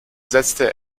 setzte